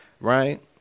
Right